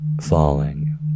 falling